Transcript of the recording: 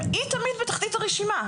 היא תמיד בתחתית הרשימה.